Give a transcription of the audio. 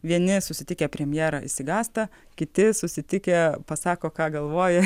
vieni susitikę premjera išsigąsta kiti susitikę pasako ką galvoja